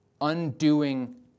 undoing